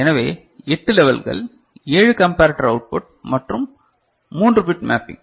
எனவே 8 லெவல்கள் 7 comparator output மற்றும் 3 பிட் மேப்பிங்